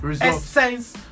essence